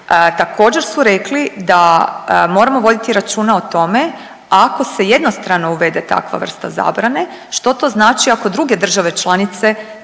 Također su rekli da moramo voditi računa o tome ako se jednostrano uvede takva vrsta zabrane što to znači ako druge države članice